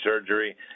surgery